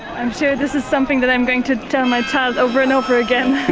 i'm sure this is something that i'm going to tell my child over and over again,